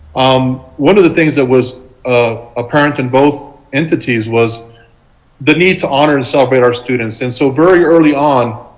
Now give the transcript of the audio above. um one of the things that was apparent in both entities was the need to honor and celebrate our students. and so very early on.